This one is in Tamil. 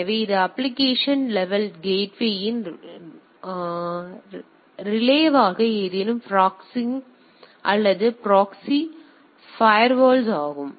எனவே இது அப்ப்ளிகேசன் லெவல் டிராபிக் இன் ரிலேவாக ஏதேனும் ப்ராக்ஸிங் அல்லது ப்ராக்ஸி ஃபயர்வால் ஆகும்